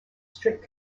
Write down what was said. strict